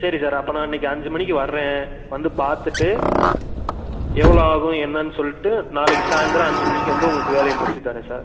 சரி சார் அப்ப நான் இன்றைக்கு அஞ்சு மணிக்கு வரேன் வந்து பார்த்துட்டு எவ்வளவு ஆகும் என்னன்னு சொல்லிட்டு நாளைக்கு சாயந்திரம் அஞ்சு மணிக்கு வந்து உங்களுக்கு வேலையை முடித்து தரேன் சார்